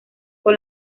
con